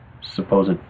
supposed